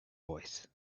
voice